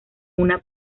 una